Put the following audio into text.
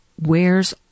wears